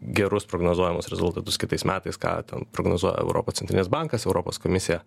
gerus prognozuojamus rezultatus kitais metais ką ten prognozuoja europos centrinis bankas europos komisija